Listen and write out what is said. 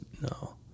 No